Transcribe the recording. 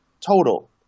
total